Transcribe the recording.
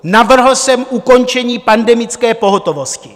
Navrhl jsem ukončení pandemické pohotovosti.